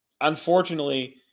unfortunately